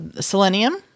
selenium